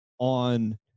On